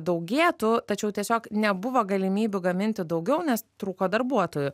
daugėtų tačiau tiesiog nebuvo galimybių gaminti daugiau nes trūko darbuotojų